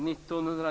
Fru talman!